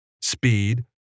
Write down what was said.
Speed